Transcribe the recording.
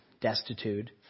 destitute